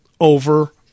over